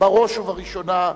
בראש ובראשונה,